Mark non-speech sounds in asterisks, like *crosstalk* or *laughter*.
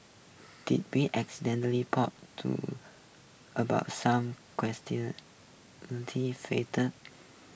*noise* did we *unintelligible* pot to about some *unintelligible*